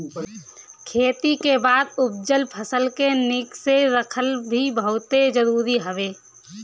खेती के बाद उपजल फसल के निक से रखल भी बहुते जरुरी हवे